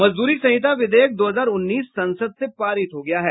मजदूरी संहिता विधेयक दो हजार उन्नीस संसद से पारित हो गया है